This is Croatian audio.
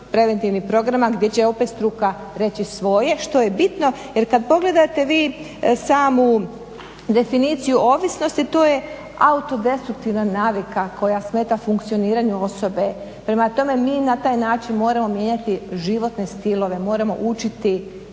preventivnih programa gdje će opet struka reći svoje što je bitno. Jer kad pogledate vi samu definiciju ovisnosti to je autodestruktivna navika koja smeta funkcioniranju osobe. Prema tome, mi na taj način moramo mijenjati životne stilove, moramo učiti